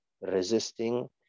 resisting